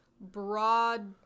broad